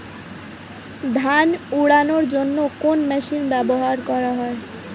ধান উড়ানোর জন্য কোন মেশিন ব্যবহার করা হয়?